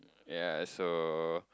ya so